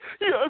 yes